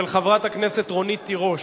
של חברת הכנסת רונית תירוש.